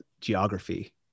geography